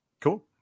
Cool